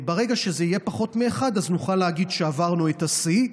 ברגע שזה יהיה פחות מ-1 נוכל להגיד שעברנו את השיא.